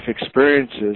experiences